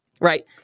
right